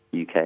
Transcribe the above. UK